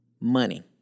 money